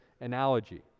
analogy